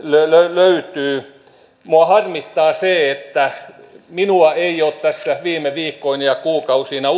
löytyy minua harmittaa se että minua ei ole tässä viime viikkoina ja kuukausina